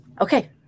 Okay